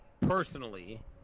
personally